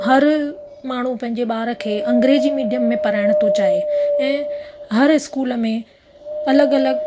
हर माण्हू पंहिंजे ॿार खे अग्रेंजी मिडियम पढ़ाइण थो चाहे ऐं हर स्कूल में अलॻि अलॻि